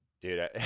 Dude